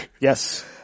Yes